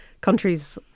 countries